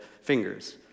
fingers